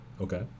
Okay